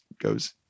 goes